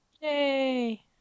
Yay